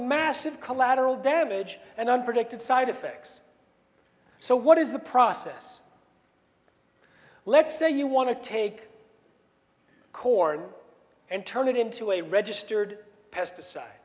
massive collateral damage and unpredicted side effects so what is the process let's say you want to take corn and turn it into a registered pesticide